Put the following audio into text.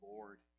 Lord